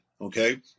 Okay